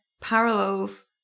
parallels